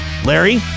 Larry